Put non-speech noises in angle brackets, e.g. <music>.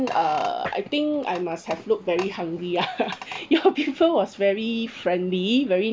uh I think I must have looked very hungry ah <laughs> your people was very friendly very